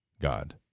God